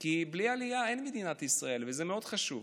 כי בלי עלייה אין מדינת ישראל, וזה מאוד חשוב.